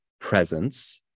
presence